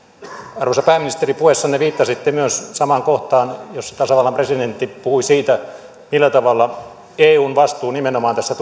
arvoisa pääministeri puheessanne viittasitte myös samaan kohtaan jossa tasavallan presidentti puhui siitä millä tavalla eun vastuu nimenomaan tässä